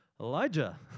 Elijah